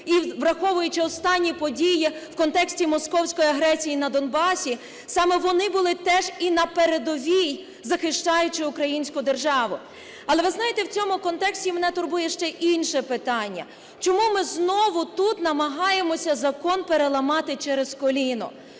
і, враховуючи останні події в контексті московської агресії на Донбасі, саме вони були теж і на передовій, захищаючи українську державу. Але, ви знаєте, в цьому контексті мене турбує ще й інше питання: чому ми знову тут намагаємося закон переламати через коліно?